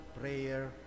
prayer